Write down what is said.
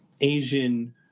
Asian